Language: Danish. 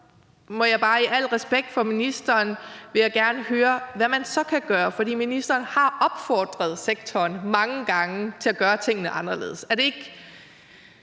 vil jeg bare i al respekt for ministeren gerne høre, hvad man så kan gøre, for ministeren har opfordret sektoren mange gange til at gøre tingene anderledes. Bliver vi ikke